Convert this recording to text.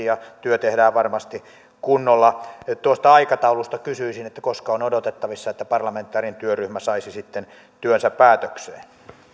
ja työ tehdään varmasti kunnolla tuosta aikataulusta kysyisin koska on odotettavissa että parlamentaarinen työryhmä saisi sitten työnsä päätökseen